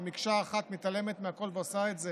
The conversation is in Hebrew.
ובמקשה אחת מתעלמת מהכול ועושה את זה